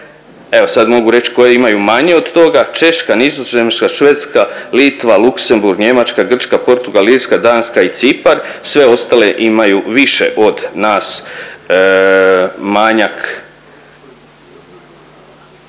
Evo sad mogu reć koji imaju manje od toga Češka, Nizozemska, Švedska, Litva, Luksemburg, Njemačka, Grčka, Portugal, Irska, Danska i Cipar, sve ostale imaju više od nas manjak